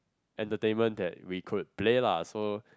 entertainment that we could play lah so